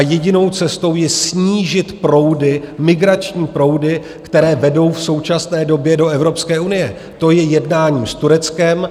Jedinou cestou je snížit proudy, migrační proudy, které vedou v současné době do Evropské unie, to je jednáním s Tureckem.